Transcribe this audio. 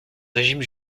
régime